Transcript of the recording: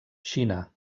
xina